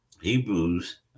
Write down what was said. Hebrews